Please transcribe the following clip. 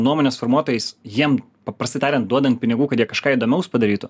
nuomonės formuotojais jiem paprastai tariant duodant pinigų kad jie kažką įdomaus padarytų